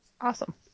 Awesome